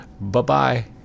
Bye-bye